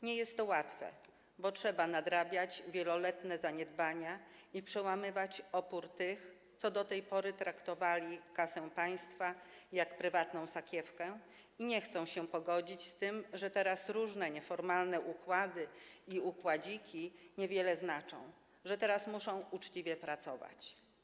Nie jest to łatwe, bo trzeba nadrabiać wieloletnie zaniedbania i przełamywać opór tych, którzy do tej pory traktowali kasę państwa jak prywatną sakiewkę, którzy nie chcą się pogodzić z tym, że teraz różne nieformalne układy i układziki niewiele znaczą, że teraz muszą uczciwie pracować.